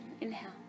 inhale